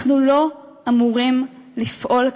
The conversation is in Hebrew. אנחנו לא אמורים לפעול ככה.